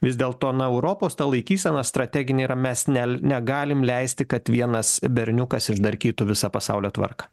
vis dėlto na europos ta laikysena strateginė yra mes nel negalim leisti kad vienas berniukas išdarkytų visą pasaulio tvarką